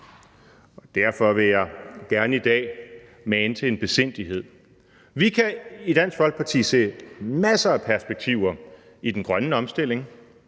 derfor vil jeg gerne i dag mane til en besindighed. Vi kan i Dansk Folkeparti se masser af perspektiver i den grønne omstilling,